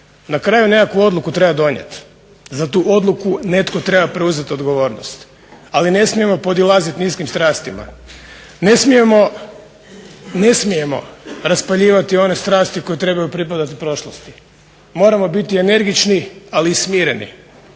Na kraju nekakvu odluku treba donijeti. Za tu odluku netko treba preuzeti odgovornost. Ali, ne smijemo podilaziti niskim strastima, ne smijemo raspaljivati one strasti koje trebaju pripadati prošlosti. Moramo biti energični, ali i smireni.